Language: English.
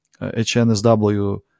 HNSW